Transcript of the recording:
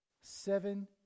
seven